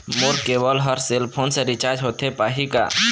मोर cable हर cell phone से recharge होथे पाही का?